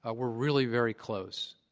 ah we're really very close.